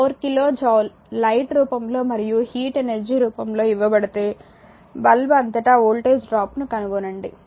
4 kilo joule light రూపంలో మరియు heat energy రూపంలో ఇవ్వబడితే బల్బు అంతటా వోల్టేజ్ డ్రాప్ను కనుగొనండి